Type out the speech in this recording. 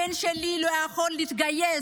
הבן שלי לא יכול להתגייס,